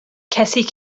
کسی